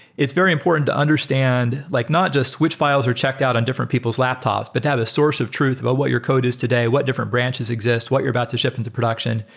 it's very important to understand like not just which files are checked out on different people's laptops, but to have a source of truth about what your code is today. what different branches exist? what you're about to ship into production?